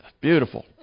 Beautiful